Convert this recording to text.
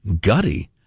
Gutty